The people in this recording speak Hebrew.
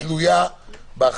תיכף נגיע לאישור.